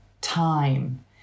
time